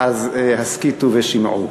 אז הסכיתו ושמעו.